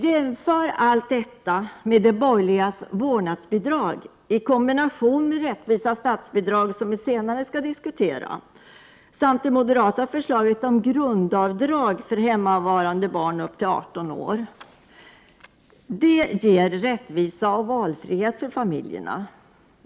Detta skall jämföras med de borgerligas vårdnadsbidrag i kombination med rättvisa statsbidrag som vi senare skall diskutera, samt det moderata förslaget om grundavdrag för hemmavarande barn upp till 18 års ålder. Det ger rättvisa och valfrihet för familjerna!